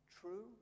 True